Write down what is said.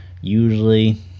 usually